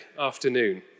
afternoon